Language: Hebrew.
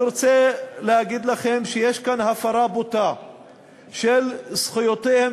אני רוצה להגיד לכם שיש כאן הפרה בוטה של זכויותיהם